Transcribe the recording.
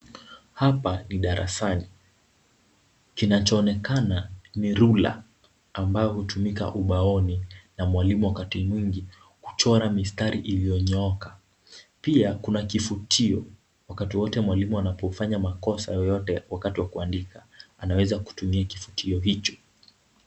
Hapa ni darasani. Kinachoonekana ni rula , ambao hutumika ubaoni na mwalimu wakati mwingi, kuchora mistari iliyonyooka. Pia kuna kifutio, wakati wowote mwalimu anapofanya makosa yoyote wakati wa kuandika, anaweza kutumia kifutio hicho.